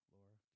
Laura